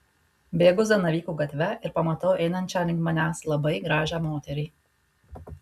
bėgu zanavykų gatve ir pamatau einančią link manęs labai gražią moterį